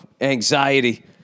anxiety